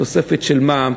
תוספת של מע"מ,